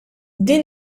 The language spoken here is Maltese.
din